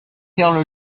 faire